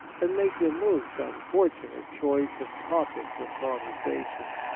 and make the most unfortunate choice of topics of conversation.